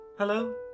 Hello